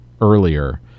earlier